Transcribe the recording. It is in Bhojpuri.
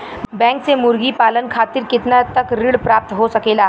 बैंक से मुर्गी पालन खातिर कितना तक ऋण प्राप्त हो सकेला?